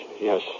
yes